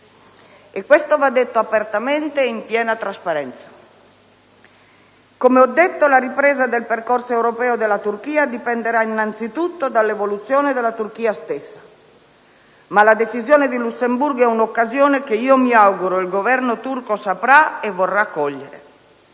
questo va detto apertamente e in piena trasparenza. Come ho detto, la ripresa del percorso europeo della Turchia dipenderà innanzitutto dall'evoluzione della Turchia stessa, ma la decisione di Lussemburgo è un'occasione che io mi auguro il Governo turco saprà e vorrà cogliere.